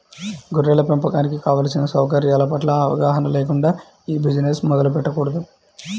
గొర్రెల పెంపకానికి కావలసిన సౌకర్యాల పట్ల అవగాహన లేకుండా ఈ బిజినెస్ మొదలు పెట్టకూడదు